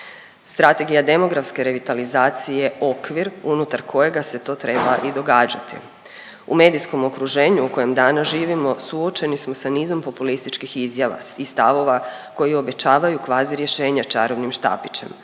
Strategija demografske revitalizacije je okvir unutar kojega se to treba i događati. U medijskom okruženju u kojem danas živimo suočeni smo sa nizom populističkih izjava i stavova koji obećavaju kvazi rješenja čarobnim štapićem.